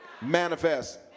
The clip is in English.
manifest